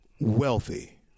wealthy